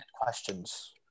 questions